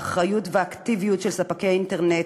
האחריות והאקטיביות של ספקי האינטרנט